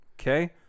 Okay